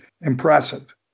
impressive